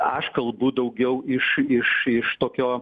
aš kalbu daugiau iš iš iš tokio